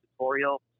tutorial